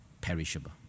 perishable